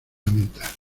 lamentar